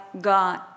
God